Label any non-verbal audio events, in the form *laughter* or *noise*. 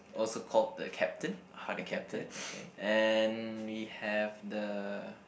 also called the captain the captain *noise* and we have the